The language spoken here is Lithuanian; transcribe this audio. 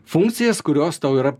funkcijas kurios tau yra